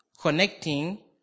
connecting